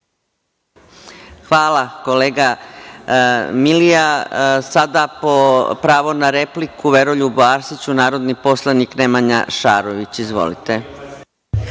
Hvala, kolega Milija. Sada, pravo na repliku Veroljubu Arsiću, narodni poslanik Nemanja Šarović. Izvolite.